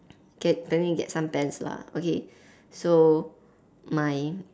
get planning to get some pens lah okay so my